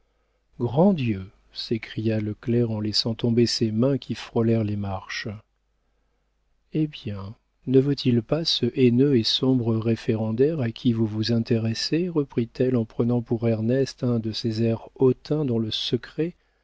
grand dieu s'écria le clerc en laissant tomber ses mains qui frôlèrent les marches eh bien ne vaut-il pas ce haineux et sombre référendaire à qui vous vous intéressez reprit-elle en prenant pour ernest un de ces airs hautains dont le secret